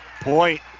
Point